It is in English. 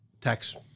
tax